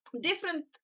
different